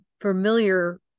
familiar